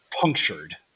punctured